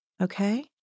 Okay